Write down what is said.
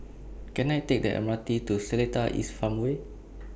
Can I Take The M R T to Seletar East Farmway